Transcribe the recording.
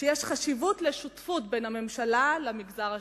ויש חשיבות לשותפות בין הממשלה למגזר השלישי.